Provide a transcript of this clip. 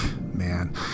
Man